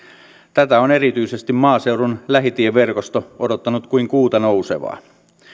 tätä on erityisesti maaseudun lähitieverkosto odottanut kuin kuuta nousevaa